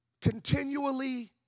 continually